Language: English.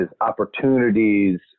opportunities